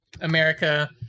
America